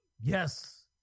Yes